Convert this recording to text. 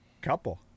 Couple